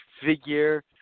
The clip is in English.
figure